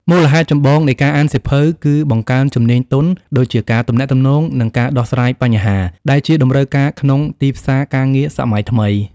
មូលហេតុចម្បងនៃការអានសៀវភៅ គឺបង្កើនជំនាញទន់ ដូចជាការទំនាក់ទំនង និងការដោះស្រាយបញ្ហា ដែលជាតម្រូវការខ្ពស់ក្នុងទីផ្សារការងារសម័យថ្មី។